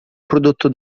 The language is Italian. prodotto